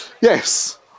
Yes